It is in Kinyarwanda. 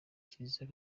kiliziya